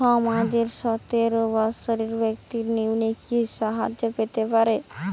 সমাজের সতেরো বৎসরের ব্যাক্তির নিম্নে কি সাহায্য পেতে পারে?